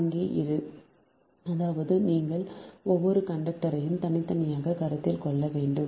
அங்கே இரு அதாவது நீங்கள் ஒவ்வொரு கண்டக்டரையும் தனித்தனியாக கருத்தில் கொள்ள வேண்டும்